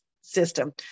system